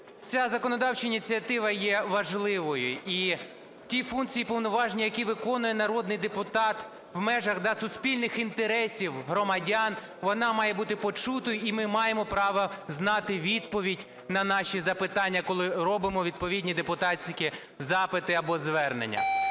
ця законодавча ініціатива є важливою. І ті функції і повноваження, які виконує народний депутат в межах суспільних інтересів громадян, вона має бути почутою, і ми маємо право знати відповідь на наші запитання, коли робимо відповідні депутатські запити або звернення.